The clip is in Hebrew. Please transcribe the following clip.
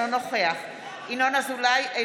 אינו נוכח ינון אזולאי,